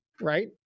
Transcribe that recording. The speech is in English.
right